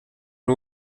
ari